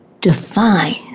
define